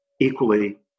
equally